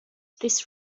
this